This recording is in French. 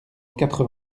quatre